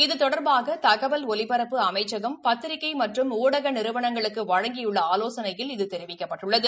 இது தெடா்பாக தகவல் ஒலிபரப்பு அமைச்சகம் பத்திரிகை மற்றும் ஊடக நிறுவனங்களுக்கு வழங்கியுள்ள ஆலோசனையில் இது தெரிவிக்கப்பட்டுள்ளது